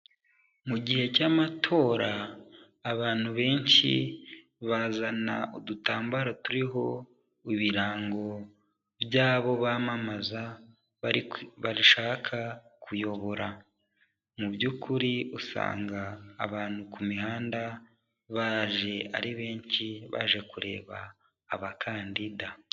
Mu gihe cy'amatora abantu benshi bazana udutambaro turiho ibirango by'abo bamamaza bashaka kuyobora, mu by'ukuri usanga abantu ku mihanda baje ari benshi, baje kureba abakandida.